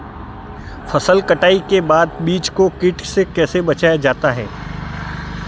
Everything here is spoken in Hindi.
फसल कटाई के बाद बीज को कीट से कैसे बचाया जाता है?